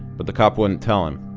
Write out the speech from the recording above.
but the cop wouldn't tell him,